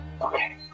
Okay